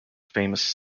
famous